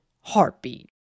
heartbeat